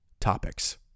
topics